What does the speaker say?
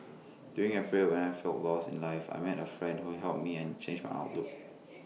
during A period when I felt lost in life I met A friend who helped me and changed my outlook